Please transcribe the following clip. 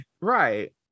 Right